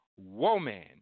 woman